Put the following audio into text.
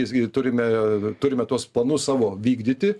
visgi turime turime tuos planus savo vykdyti